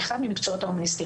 מקצועות.